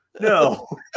no